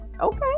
Okay